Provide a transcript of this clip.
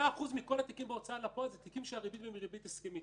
100% מכל התיקים בהוצאה לפועל זה תיקים שהריבית בהם היא ריבית הסכמית,